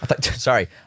Sorry